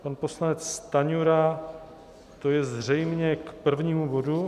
Pan poslanec Stanjura, to je zřejmě k prvnímu bodu.